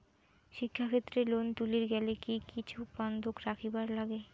শিক্ষাক্ষেত্রে লোন তুলির গেলে কি কিছু বন্ধক রাখিবার লাগে?